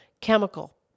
chemical